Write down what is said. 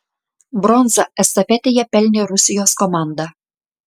bronzą estafetėje pelnė rusijos komanda